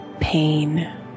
pain